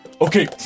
Okay